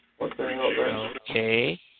Okay